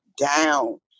down